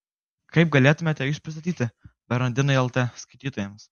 kaip galėtumėme jus pristatyti bernardinai lt skaitytojams